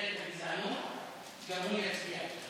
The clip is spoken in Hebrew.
לבטל את הגזענות, גם הוא יצביע איתנו.